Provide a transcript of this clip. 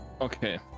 okay